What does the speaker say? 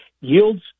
Yields